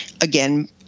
again